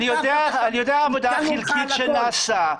אני יודע את העבודה החלקית שנעשתה,